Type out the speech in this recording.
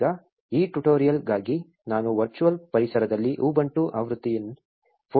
ಈಗ ಈ ಟ್ಯುಟೋರಿಯಲ್ಗಾಗಿ ನಾನು ವರ್ಚುವಲ್ ಪರಿಸರದಲ್ಲಿ ಉಬುಂಟು ಆವೃತ್ತಿ 14